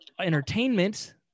entertainment